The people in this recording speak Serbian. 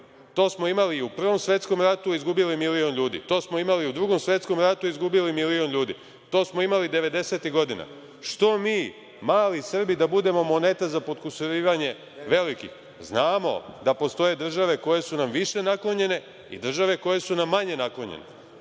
To smo imali u Prvom svetskom ratu i izgubili milion ljudi, to smo imali u Drugom svetskom ratu i izgubili milion ljudi, to smo imali 90-ih godina. Što mi, mali Srbi, da budemo moneta za podkusurivanje velikih? Znamo da postoje države koje su nam više naklonjene i države koje su nam manje naklonjene,